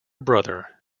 brother